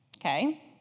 okay